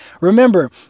Remember